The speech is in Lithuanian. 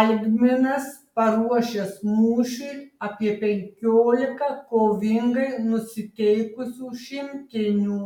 algminas paruošęs mūšiui apie penkiolika kovingai nusiteikusių šimtinių